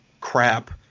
crap